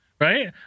right